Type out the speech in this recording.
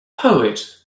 poet